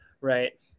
right